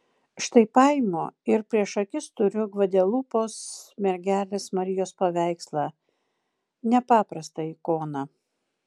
štai paimu ir prieš akis turiu gvadelupos mergelės marijos paveikslą nepaprastą ikoną